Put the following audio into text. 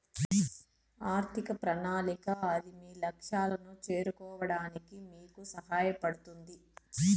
ఆర్థిక ప్రణాళిక అది మీ లక్ష్యాలను చేరుకోవడానికి మీకు సహాయపడుతుంది